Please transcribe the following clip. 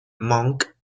manque